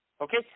Okay